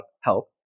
help